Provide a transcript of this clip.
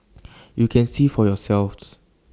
you can see for yourselves